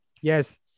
Yes